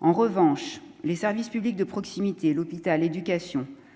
en revanche, les services publics de proximité et l'hôpital éducation